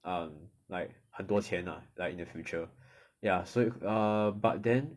um like 很多钱啦 like in the future ya so err but then